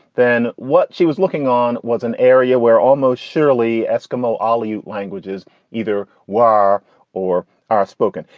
then what she was looking on was an area where almost surely eskimo ah aliu languages either were or are spoken.